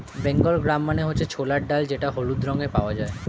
Bengal gram মানে হচ্ছে ছোলার ডাল যেটা হলুদ রঙে পাওয়া যায়